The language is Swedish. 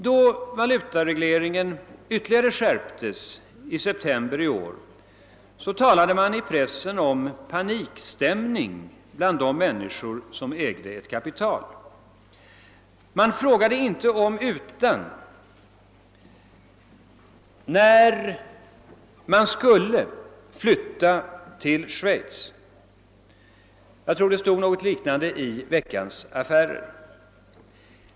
Då valutaregleringen ytterligare skärptes i september i år skrevs det i dagspressen om panikstämning bland de människor som ägde ett kapital — man frågade inte om utan när man skulle flytta till Schweiz. Något liknande stod i Veckans Affärer.